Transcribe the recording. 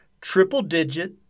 triple-digit